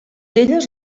elles